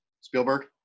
spielberg